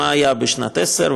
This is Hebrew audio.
מה היה בשנת 2010,